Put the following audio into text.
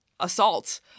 assault